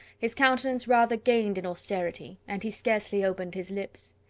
his countenance rather gained in austerity and he scarcely opened his lips.